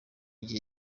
gihe